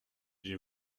j’ai